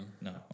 No